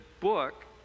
book